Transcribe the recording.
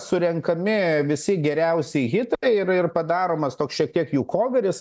surenkami visi geriausi hitai ir ir padaromas toks šiek tiek jų koveris